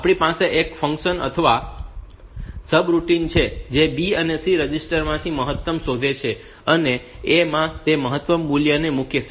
આપણી પાસે એક ફંક્શન અથવા સબરૂટિન છે જે B અને C રજિસ્ટરમાંથી મહત્તમ શોધે છે અને A માં તે મહત્તમ મૂલ્યને મૂકે છે